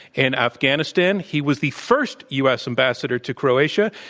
in afghanistan. he was the first u. s. ambassador to croatia.